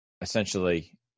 essentially